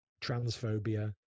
transphobia